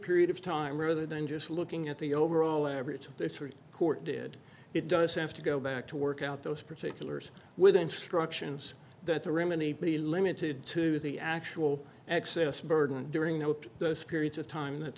period of time rather than just looking at the overall average ported it does have to go back to work out those particulars with instructions that the room and he be limited to the actual excess burden during those periods of time that